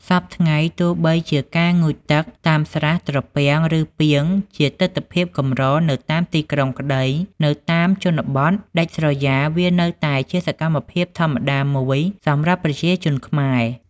សព្វថ្ងៃ ទោះបីជាការងូតទឹកតាមស្រះ ត្រពាំង ឬ ពាងជាទិដ្ឋភាពកម្រនៅតាមទីក្រុងក្ដី នៅតាមជនបទដាច់ស្រយាលវានៅតែជាសកម្មភាពធម្មតាមួយសម្រាប់ប្រជាជនខ្មែរ។